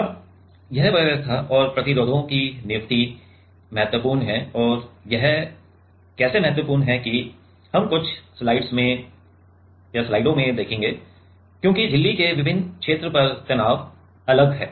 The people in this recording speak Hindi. अब यह व्यवस्था और प्रतिरोधों की नियुक्ति महत्वपूर्ण है और ये कैसे महत्वपूर्ण हैं कि हम कुछ स्लाइडों में देखगें क्योंकि झिल्ली के विभिन्न क्षेत्र पर तनाव अलग है